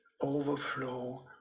overflow